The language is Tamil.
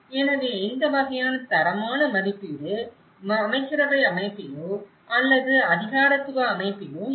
எனவே இந்த வகையான தரமான மதிப்பீடு அமைச்சரவை அமைப்பிலோ அல்லது அதிகாரத்துவ அமைப்பிலோ இல்லை